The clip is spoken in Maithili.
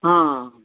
हँ